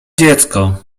dziecko